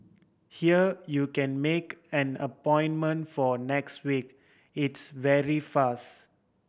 here you can make an appointment for next week it's very fast